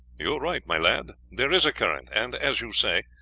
you are right, my lad, there is a current, and, as you say,